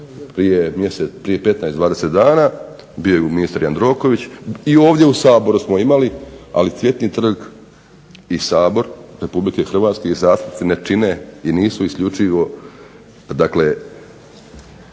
prije 15, 20 dana, bio je ministar Jandroković i ovdje u Saboru smo imali, ali Cvjetni trg i Sabor Republike Hrvatske i zastupnici ne čine i nisu isključivo dio,